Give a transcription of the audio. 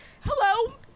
hello